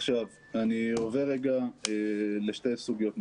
אני עובר לשתי סוגיות נוספות.